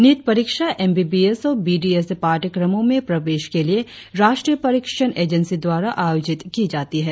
NEET परीक्षा M B B S और B D S पाठ्यक्रमों में पवेश के लिए राष्ट्रीय परीक्षण एजेंसी द्वारा आयोजित की जाती है